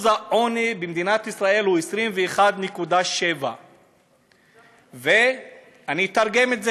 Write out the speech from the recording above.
שיעור העוני במדינת ישראל הוא 21.7%. ואני אתרגם את זה: